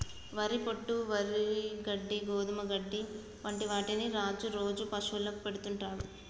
వరి పొట్టు, వరి గడ్డి, గోధుమ గడ్డి వంటి వాటిని రాజు రోజు పశువులకు పెడుతుంటాడు